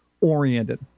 oriented